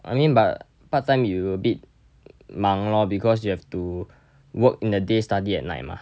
I mean but part time you a bit 忙 lor because you have to work in the day study at night mah